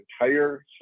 entire